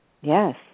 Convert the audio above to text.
Yes